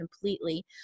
completely